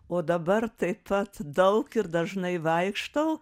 o dabar taip pat daug ir dažnai vaikštau